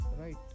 Right